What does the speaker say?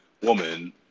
woman